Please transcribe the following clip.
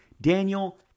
Daniel